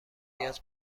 نیاز